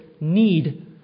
need